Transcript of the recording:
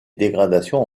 dégradations